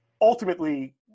ultimately